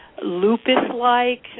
Lupus-like